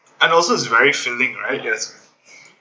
and also is very filling right yes